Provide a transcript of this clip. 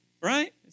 Right